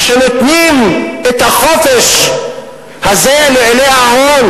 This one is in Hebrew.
כשנותנים את החופש הזה לאילי ההון,